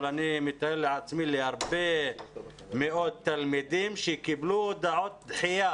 אבל אני מתאר לעצמי שזה פגע בהרבה מאוד תלמידים שקיבלו הודעות דחייה,